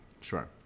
Sure